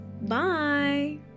Bye